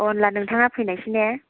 होनब्ला नोंथाङा फैनायसै ना